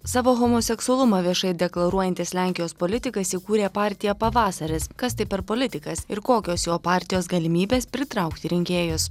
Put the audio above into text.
savo homoseksualumą viešai deklaruojantys lenkijos politikas įkūrė partiją pavasaris kas tai per politikas ir kokios jo partijos galimybės pritraukti rinkėjus